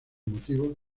motivos